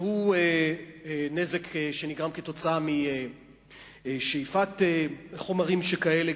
שנגרם כתוצאה משאיפת חומרים שכאלה,